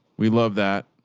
we love that.